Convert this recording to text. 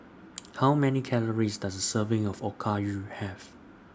How Many Calories Does A Serving of Okayu Have